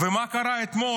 ומה קרה אתמול?